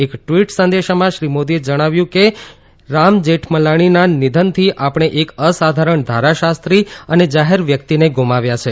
એક ટિવટ સંદેશામાં શ્રી મોદીએ જણાવ્યું કે રામ જેઠમલાણીના નિધનથી આપણે એક અસાધારણ ધારાશાન્ન્ી અને જાહેર વ્યક્તિને ગુમાવ્યા છે